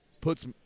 puts